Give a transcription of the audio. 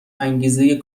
انگیزه